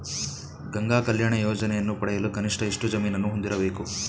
ಗಂಗಾ ಕಲ್ಯಾಣ ಯೋಜನೆಯನ್ನು ಪಡೆಯಲು ಕನಿಷ್ಠ ಎಷ್ಟು ಜಮೀನನ್ನು ಹೊಂದಿರಬೇಕು?